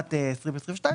תחילת 2022,